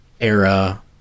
era